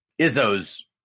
Izzo's